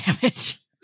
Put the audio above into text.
damage